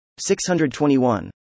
621